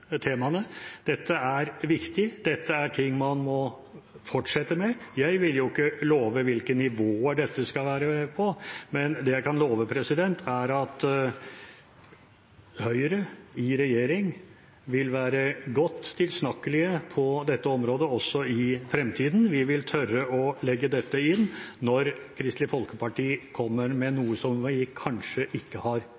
Dette er viktig, dette er ting man må fortsette med. Jeg vil ikke love hvilket nivå dette skal ligge på, men det jeg kan love, er at Høyre i regjering vil være tilsnakkende på dette området også i fremtiden. Vi vil tørre å legge dette inn når Kristelig Folkeparti kommer med